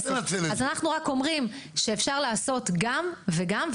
אז אנחנו רק אומרים שאפשר לעשות גם וגם.